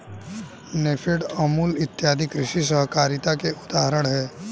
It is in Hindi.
नेफेड, अमूल इत्यादि कृषि सहकारिता के उदाहरण हैं